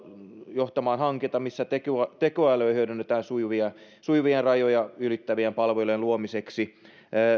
johtamaan hanketta missä tekoälyä hyödynnetään sujuvien sujuvien rajoja ylittävien palvelujen luomiseksi